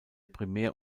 primär